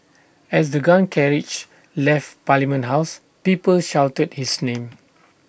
as the gun carriage left parliament house people shouted his name